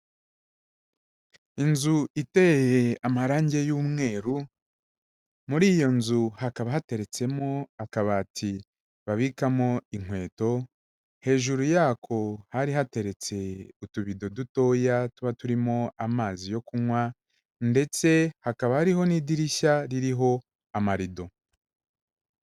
Inzu iteye amarangi y'umweru, muri iyo nzu hakaba hateretsemo akabati babikamo inkweto, hejuru yako hari hateretse utubido dutoya tuba turimo amazi yo kunywa ndetse hakaba hariho n'idirishya ririho amarido.